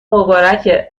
مبارکه